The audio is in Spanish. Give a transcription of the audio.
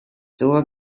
tuvo